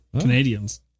Canadians